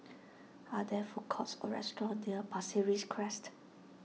are there food courts or restaurants near Pasir Ris Crest